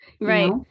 right